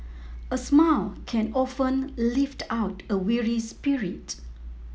a smile can often lift out a weary spirit